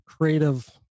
creative